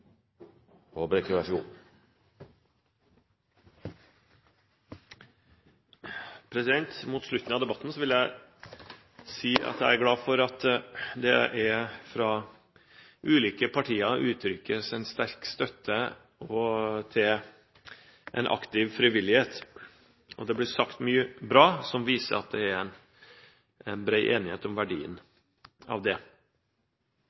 tilbake til, så hun har noe å beskjeftige seg med i julen. Ja, det vil nok bli høyt verdsatt. Mot slutten av debatten vil jeg si at jeg er glad for at det fra ulike partier uttrykkes en sterk støtte til aktiv frivillighet. Det blir sagt mye bra som viser at det er en bred enighet om verdien av det.